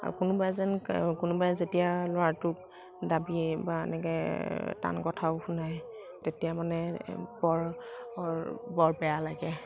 আৰু কোনোবাই যেন কোনোবাই যেতিয়া ল'ৰাটোক দাবী বা এনেকৈ টান কথাও শুনায় তেতিয়া মানে বৰ বৰ বেয়া লাগে